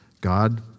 God